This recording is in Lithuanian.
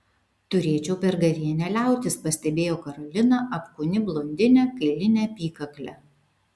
turėčiau per gavėnią liautis pastebėjo karolina apkūni blondinė kailine apykakle